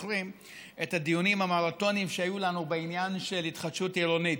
זוכרים את הדיונים המרתוניים שהיו לנו בעניין של התחדשות עירונית.